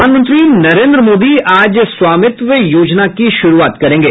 प्रधानमंत्री नरेन्द्र मोदी आज स्वामित्व योजना की शुरूआत करेंगे